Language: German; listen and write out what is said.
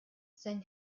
sein